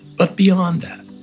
but beyond that,